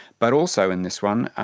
but also in this one,